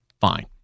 fine